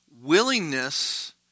willingness